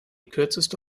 kürzeste